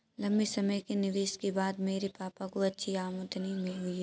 लंबे समय के निवेश के बाद मेरे पापा को अच्छी आमदनी हुई है